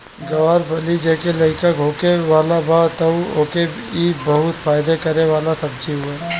ग्वार फली जेके लईका होखे वाला बा तअ ओके इ बहुते फायदा करे वाला सब्जी हवे